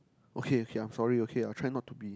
okay okay I'm sorry okay I'll try not to be